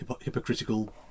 hypocritical